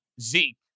Zeke